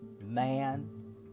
man